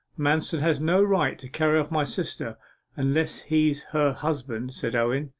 manston has no right to carry off my sister unless he's her husband said owen.